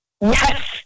Yes